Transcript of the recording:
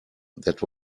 that